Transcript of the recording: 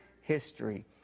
history